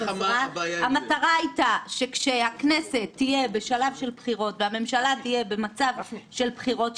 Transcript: המטרה הייתה שכשהכנסת והממשלה תהיינה במצב של בחירות,